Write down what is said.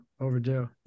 overdue